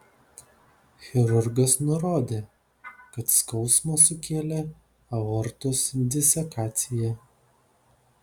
chirurgas nurodė kad skausmą sukėlė aortos disekacija